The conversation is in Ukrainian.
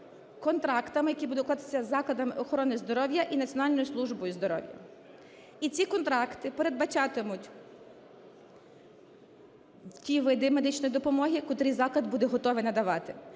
контрактом, який буде укладатися закладами охорони здоров'я і Національною службою здоров'я. І ці контракти передбачатимуть ті види медичної допомоги, котрі заклад буде готовий надавати.